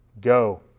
Go